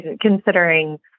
considering